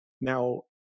Now